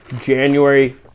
January